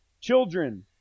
Children